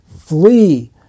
flee